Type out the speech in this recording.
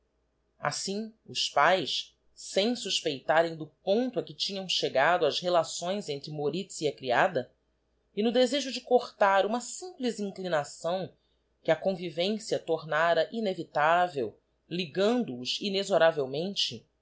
assim os pães sem suspeitarem do ponto a que tinham chegado as relações entre moritz e a creada e no desejo de cortar uma simples inclinação que a convivência tornara inevitável ligando os inexoravelmente